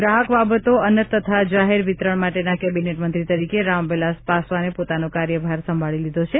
ગ્રાહક બાબતો અન્ન તથા જાહેર વિતરણ માટેના કેબિનેટ મંત્રી તરીકે રામ વિલાસ પાસવાને પોતાનો કાર્યભાર સંભાળી લીધો છે